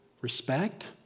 Respect